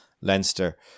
Leinster